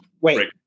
wait